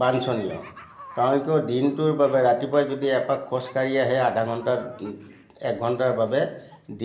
বাঞ্জনীয় কাৰণ কিয় দিনটোৰ বাবে ৰাতিপুৱাই যদি এপাক খোজকাঢ়ি আহে আধা ঘণ্টাৰ এক ঘণ্টাৰ বাবে